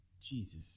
Jesus